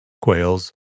quails